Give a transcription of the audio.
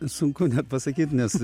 sunku pasakyt nes